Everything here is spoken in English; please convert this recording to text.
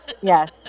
Yes